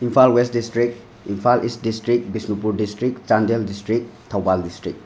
Imphal west district Imphal east district Bishnupur district Chandel district Thoubal district